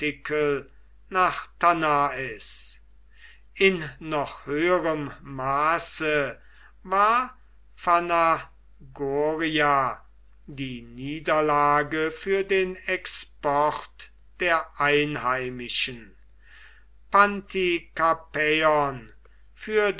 nach tanais in noch höherem maße war phanagoria die niederlage für den export der einheimischen pantikapäon